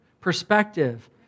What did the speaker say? Perspective